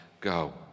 go